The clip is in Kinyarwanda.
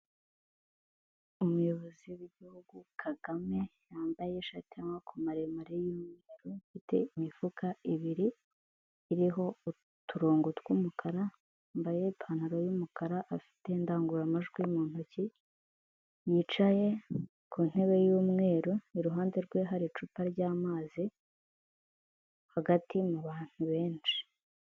Umuyobozi w'igihugu Kagame, yambaye ishati y'amaboko maremare y'umweru, ifite imifuka ibiri iriho uturongo tw'umukara. Yambaye ipantaro y'umukara, afite indangururamajwi mu ntoki, yicaye ku ntebe y'umweru, iruhande rwe hari icupa ryamazi hagati mu bantu benshi.